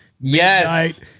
Yes